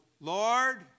Lord